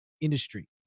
industry